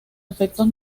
efectos